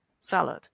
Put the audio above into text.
salad